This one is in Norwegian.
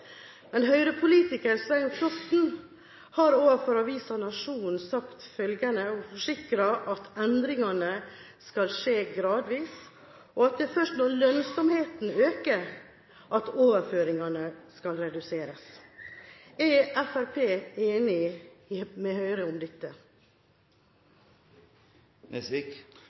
Men Høyre-politiker Svein Flåtten har overfor avisa Nationen forsikret at endringene skal skje gradvis, og at det er først når lønnsomheten øker at overføringene skal reduseres. Er Fremskrittspartiet enig med Høyre i dette?